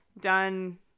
done